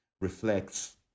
reflects